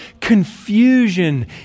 confusion